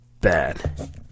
bad